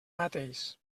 mateix